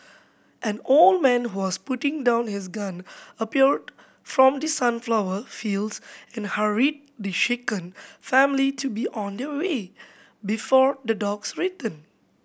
an old man who was putting down his gun appeared from the sunflower fields and hurried the shaken family to be on their way before the dogs return